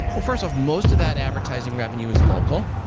but first off, most of that advertising revenue is local.